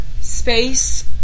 space